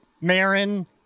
Marin